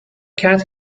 cat